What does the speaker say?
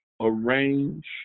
arrange